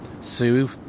sue